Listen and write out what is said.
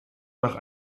nach